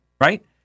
right